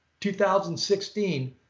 2016